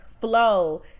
flow